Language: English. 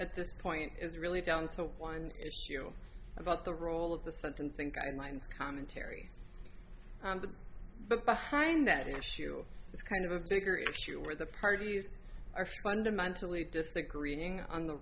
at this point is really down to one about the role of the sentencing guidelines commentary but behind that issue it's kind of a bigger issue where the parties are fundamentally disagreeing on the